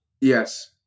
yes